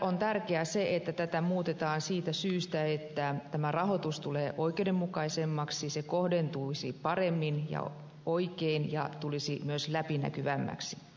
on tärkeää se että tätä muutetaan siitä syystä että tämä rahoitus tulee oikeudenmukaisemmaksi se kohdentuisi paremmin ja oikein ja tulisi myös läpinäkyvämmäksi